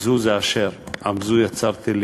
זוּ זה אשר: "עם זוּ יצרתי לי".